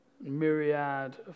Myriad